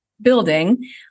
building